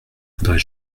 voudrais